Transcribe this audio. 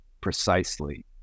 precisely